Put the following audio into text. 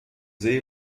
see